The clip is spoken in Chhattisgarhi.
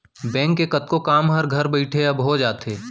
बेंक के कतको काम हर घर बइठे अब हो जाथे